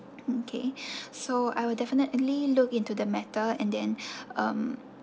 okay so I will definitely look into the matter and then um